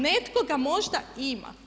Netko ga možda ima.